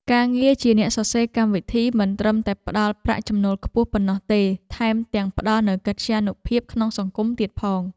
ការងារជាអ្នកសរសេរកម្មវិធីមិនត្រឹមតែផ្ដល់ប្រាក់ចំណូលខ្ពស់ប៉ុណ្ណោះទេថែមទាំងផ្ដល់នូវកិត្យានុភាពក្នុងសង្គមទៀតផង។